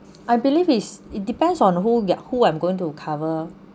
I believe is it depends on who get who I'm going to cover